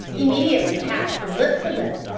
immediately passed from lip to lip,